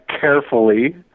carefully